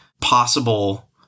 possible